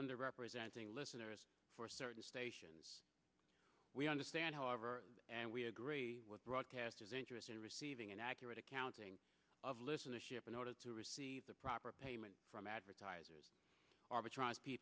under representing listeners for certain stations we understand however and we agree with broadcasters interested in receiving an accurate accounting of listener ship in order to receive the proper payment from advertisers arbitra